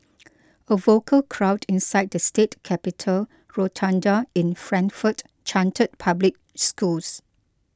a vocal crowd inside the state capitol rotunda in Frankfort chanted public schools